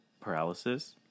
paralysis